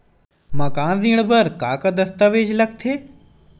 मकान ऋण बर का का दस्तावेज लगथे?